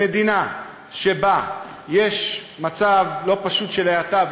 במדינה שבה יש מצב לא פשוט של האטה,